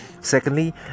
Secondly